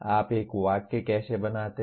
आप एक वाक्य कैसे बनाते हैं